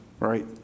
Right